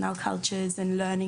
התרבות